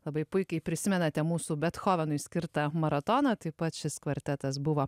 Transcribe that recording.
labai puikiai prisimenate mūsų bethovenui skirtą maratoną taip pat šis kvartetas buvo